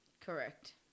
Correct